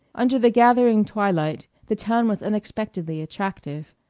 under the gathering twilight the town was unexpectedly attractive.